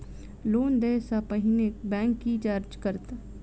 Loan देय सा पहिने बैंक की जाँच करत?